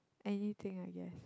anything I guess